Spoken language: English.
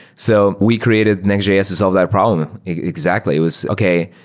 so we created nextjs to solve that problem exactly. it was, okay,